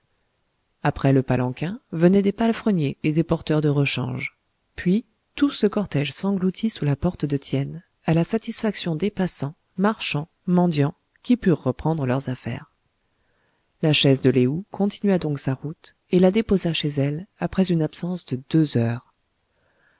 après le palanquin venaient des palefreniers et des porteurs de rechange puis tout ce cortège s'engloutit sous la porte de tien à la satisfaction des passants marchands mendiants qui purent reprendre leurs affaires la chaise de lé ou continua donc sa route et la déposa chez elle après une absence de deux heures